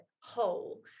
whole